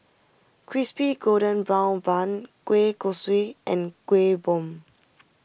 Crispy Golden Brown Bun Kueh Kosui and Kueh Bom